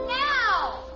now